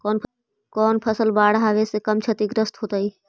कौन फसल बाढ़ आवे से कम छतिग्रस्त होतइ?